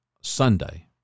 Sunday